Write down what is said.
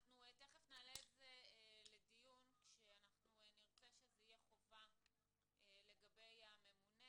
אנחנו מיד נעלה זאת לדיון כשאנחנו נרצה שזה יהיה חובה לגבי הממונה